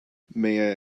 may